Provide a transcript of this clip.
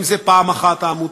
אם פעם אחת אלה העמותות,